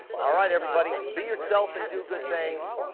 all right everybody, be yourself and do good things.